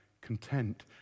content